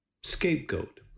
scapegoat